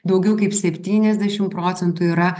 daugiau kaip septyniasdešim procentų yra